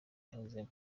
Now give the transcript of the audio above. yahozemo